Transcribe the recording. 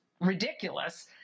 ridiculous